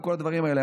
בכל הדברים האלה.